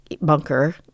bunker